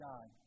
God